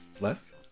Left